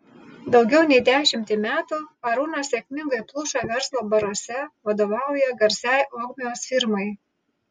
daugiau nei dešimtį metų arūnas sėkmingai pluša verslo baruose vadovauja garsiai ogmios firmai